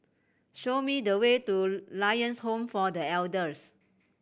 show me the way to Lions Home for The Elders